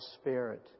spirit